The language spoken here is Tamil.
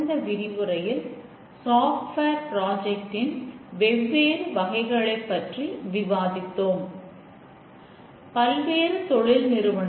இந்த விரிவுரைக்கு உங்களை வரவேற்கிறேன்